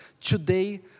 today